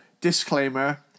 disclaimer